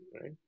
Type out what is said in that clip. right